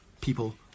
people